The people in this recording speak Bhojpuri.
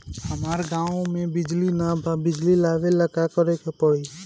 हमरा गॉव बिजली न बा बिजली लाबे ला का करे के पड़ी?